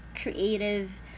creative